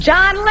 John